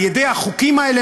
על ידי החוקים האלה,